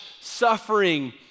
suffering